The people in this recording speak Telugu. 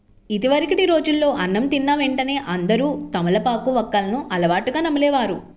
ఇదివరకటి రోజుల్లో అన్నం తిన్న వెంటనే అందరూ తమలపాకు, వక్కలను అలవాటుగా నమిలే వారు